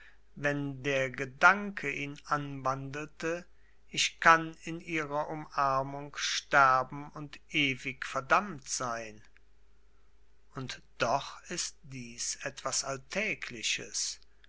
wenn der gedanke ihn anwandelte ich kann in ihrer umarmung sterben und ewig verdammt sein und doch ist dies etwas alltägliches